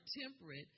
temperate